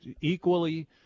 equally